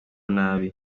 nabi